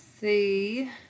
see